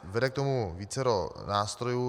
Vede k tomu vícero nástrojů.